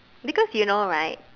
because you know right